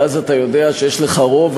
ואז אתה יודע שיש לך רוב,